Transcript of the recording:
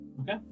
Okay